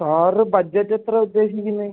sir budget എത്ര ഉദ്ദേശിക്കുന്നത്